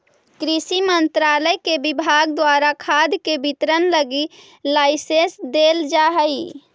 कृषि मंत्रालय के विभाग द्वारा खाद के वितरण लगी लाइसेंस देल जा हइ